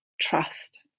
trust